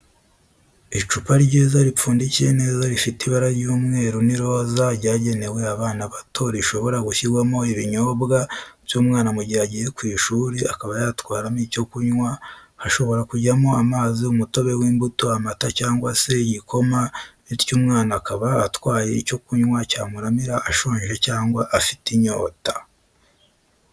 Icupa ryiza ripfundikiye neza rifite ibara ry'umweru n'iroza ryagenewe abana bato rishobora gushyirwamo ibinyobwa by'umwana mu gihe agiye ku ishuri akaba yatwaramo icyo kunywa hashobora kujyamo amazi umutobe w'imbuto, amata cyangwa se igikoma bityo umwana akaba atwaye icyo kunywa cyamuramira ashonje cyangwa afite inyota